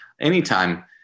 anytime